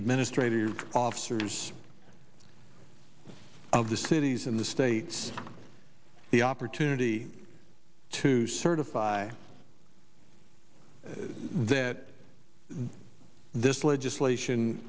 administrator officers of the cities in the states the opportunity to certify that this legislation